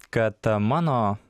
kad mano